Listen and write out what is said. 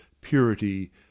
purity